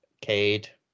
Cade